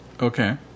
Okay